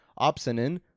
opsonin